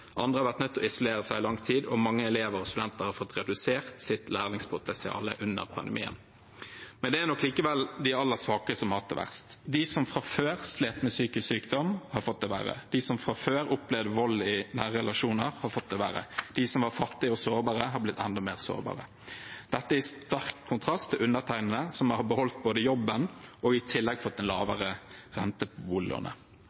Andre har vært nødt til å isolere seg i lang tid, og mange elever og studenter har fått redusert sitt læringspotensial under pandemien. Men det er nok de aller svakeste som har hatt det verst. De som fra før slet med psykisk sykdom, har fått det verre. De som fra før opplevde vold i nære relasjoner, har fått det verre. De som var fattige og sårbare, har blitt enda mer sårbare, dette i sterk kontrast til undertegnende, som både har beholdt jobben og i tillegg fått